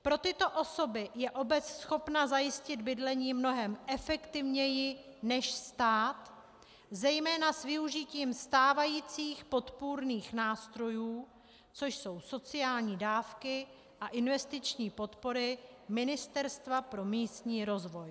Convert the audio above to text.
Pro tyto osoby je obec schopna zajistit bydlení mnohem efektivněji než stát, zejména s využitím stávajících podpůrných nástrojů, což jsou sociální dávky a investiční podpory Ministerstva pro místní rozvoj.